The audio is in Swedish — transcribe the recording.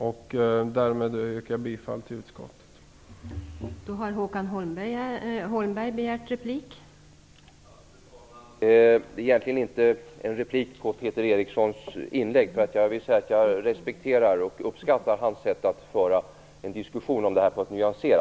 Därmed yrkar jag bifall till utskottets hemställan.